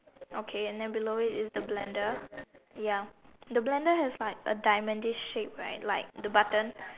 okay and then below it is the blender ya the blender has like a deaminize shape right like the button